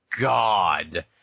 God